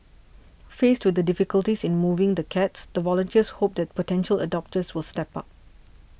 faced with the difficulties in moving the cats the volunteers hope that potential adopters will step up